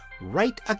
right